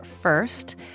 first